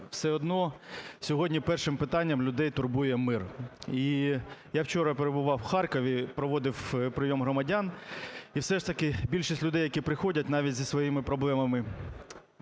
все одно сьогодні першим питанням людей турбує мир. І я вчора перебував у Харкові, проводив прийом громадян, і все ж таки більшість людей, які приходять, навіть зі своїми проблемами